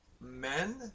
men